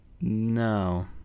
No